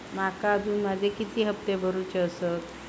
माका अजून माझे किती हप्ते भरूचे आसत?